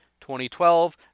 2012